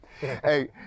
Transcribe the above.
hey